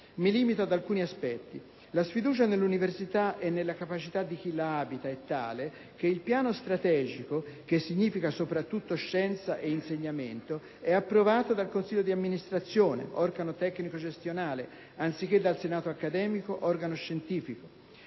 mi limito ad alcuni aspetti. La sfiducia nell'università e nelle capacità di chi la abita è tale, che il piano strategico dell'università - che significa soprattutto scienza e insegnamento - è approvato dal Consiglio di amministrazione, organo tecnico-gestionale, anziché dal Senato accademico, organo scientifico.